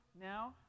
now